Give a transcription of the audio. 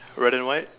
red and white